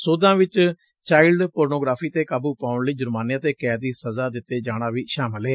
ਸੋਧਾਂ ਚ child pornography ਤੇ ਕਾਬੁ ਪਾਉਣ ਲਈ ਜੁਰਮਾਨੇ ਅਤੇ ਕੈਦ ਦੀ ਸਜ਼ਾ ਦਿੱਤੇ ਜਾਣਾ ਵੀ ਸ਼ਾਮਲ ਏ